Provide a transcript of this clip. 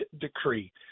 decree –